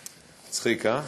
מצחיק, אה?